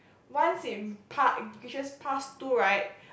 once it past reaches past two right